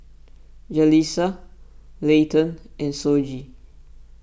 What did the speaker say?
Jalisa Leighton and Shoji